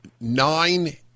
nine